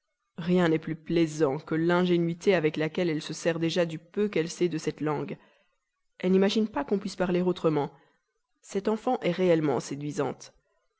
rien n'est plus plaisant que l'ingénuité avec laquelle elle se sert déjà du peu qu'elle sait de cette langue elle n'imagine pas qu'on puisse parler autrement cette enfant est réellement séduisante